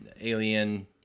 Alien